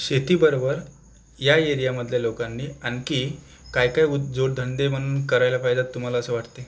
शेतीबरोबर या एरियामधल्या लोकांनी आणखी काय काय ऊद जोडधंदे म्हणून करायला पाहिलेत तुम्हाला असं वाटतेय